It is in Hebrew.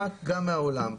גם מהעולם.